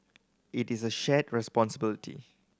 it is a shared responsibility